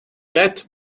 death